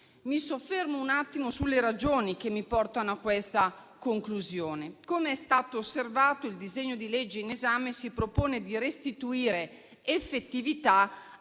Mi soffermo brevemente sulle ragioni che mi portano a questa conclusione. Com'è stato osservato, il disegno di legge in esame si propone di restituire effettività